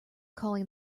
calling